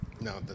No